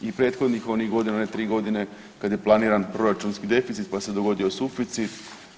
I prethodnih onih godina, one tri godine kad je planiran proračunski deficit pa se dogodio suficit.